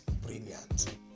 brilliant